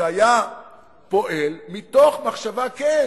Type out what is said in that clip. שהיה פועל מתוך מחשבה, כן: